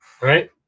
right